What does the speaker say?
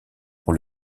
pour